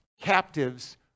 captives